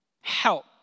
Help